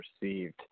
received